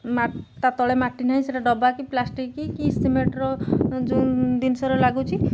ମା ତା' ତଳେ ମାଟି ନାହିଁ ସେଟା ଡବା କି ପ୍ଲାଷ୍ଟିକ୍ କି କି ସିମେଣ୍ଟର ଯେଉଁ ଜିନିଷର ଲାଗୁଛି